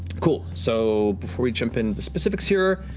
cool, so before we jump into the specifics here.